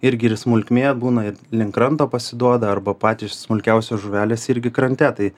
irgi ir smulkmė būna ir link kranto pasiduoda arba patys smulkiausios žuvelės irgi krante tai